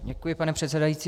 Děkuji, pane předsedající.